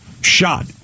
shot